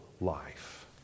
life